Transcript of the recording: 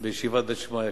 בישיבת "בית שמעיה".